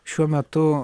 šiuo metu